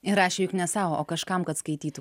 ir rašė juk ne sau o kažkam kad skaitytų